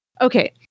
Okay